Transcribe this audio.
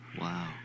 Wow